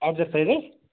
exercise حظ